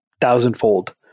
thousandfold